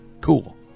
cool